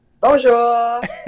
Bonjour